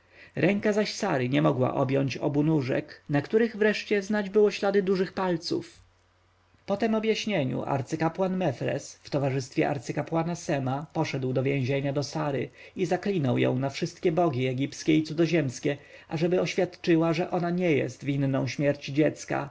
ręka zaś sary nie mogła objąć obu nóżek na których wreszcie znać było ślady dużych palców po tem objaśnieniu arcykapłan mefres w towarzystwie arcykapłana sema poszedł do więzienia do sary i zaklinał ją na wszystkie bogi egipskie i cudzoziemskie aby oświadczyła że ona nie jest winną śmierci dziecka